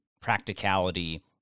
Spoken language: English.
practicality